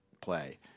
play